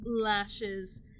lashes